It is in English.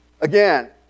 again